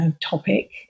topic